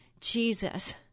Jesus